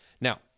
Now